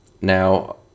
Now